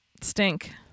stink